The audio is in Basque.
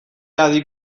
hadi